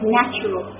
natural